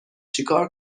چیکار